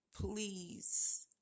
Please